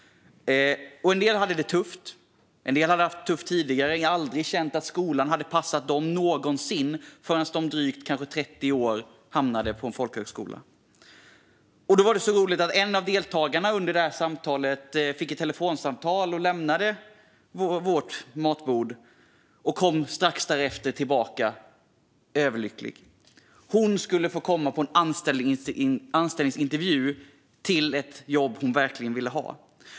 En del hade det tufft. En del hade haft det tufft tidigare och aldrig någonsin känt att skolan hade passat dem förrän de vid drygt 30 års ålder hamnade på en folkhögskola. En av deltagarna fick under vårt samtal ett telefonsamtal och lämnade matbordet. Hon kom strax därefter tillbaka - överlycklig! Hon skulle få komma på anställningsintervju för ett jobb hon verkligen ville ha.